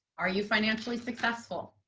are you financially successful?